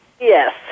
Yes